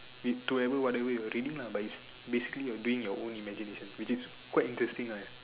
which to ever whatever you're reading lah but it's basically you're doing your own imagination which is quite interesting ah